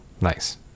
Nice